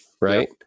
right